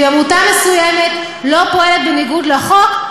ואם עמותה מסוימת פועלת בניגוד לחוק,